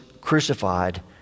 crucified